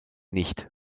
nicht